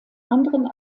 anderen